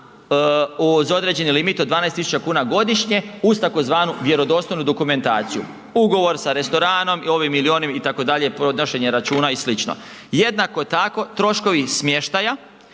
za određeni limit od 12.000 kuna godišnje uz tzv. vjerodostojnu dokumentaciju, ugovor sa restoranom ovim ili onim itd., podnošenje računa i sl. Jednako tako troškovi smještaja